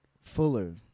Fuller